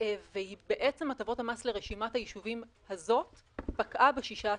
ובעצם הטבת המס לרשימת היישובים הזאת פקעה ב-16